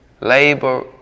labor